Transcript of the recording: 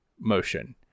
motion